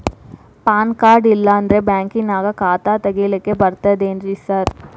PAN card ಇಲ್ಲಂದ್ರ ಬ್ಯಾಂಕಿನ್ಯಾಗ ಖಾತೆ ತೆಗೆಲಿಕ್ಕಿ ಬರ್ತಾದೇನ್ರಿ ಸಾರ್?